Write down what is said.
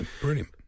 brilliant